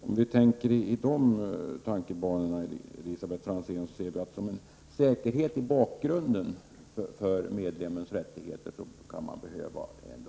Om vi tänker i de banorna inser vi att en lagstiftning kan behövas som en säkerhet i bakgrunden för att tillvarata medlemmars rättigheter.